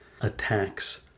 attacks